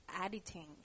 editing